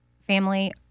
family